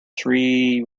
three